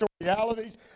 realities